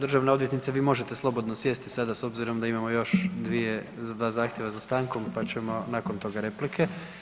Državna odvjetnice vi možete slobodno sjesti sada s obzirom da imamo još dvije, dva zahtjeva za stankom, pa ćemo nakon toga replike.